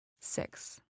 Six